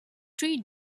three